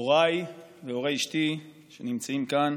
הוריי והורי אשתי שנמצאים כאן,